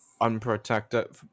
unprotected